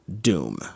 doom